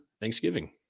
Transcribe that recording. Thanksgiving